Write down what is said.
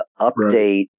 update